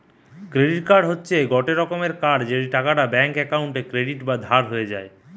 credit card হতিছে গটে রকমের কার্ড যেই টাকাটা ব্যাঙ্ক অক্কোউন্টে ক্রেডিট বা ধার হয়ে যায়